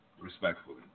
respectfully